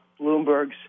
Bloomberg's